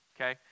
okay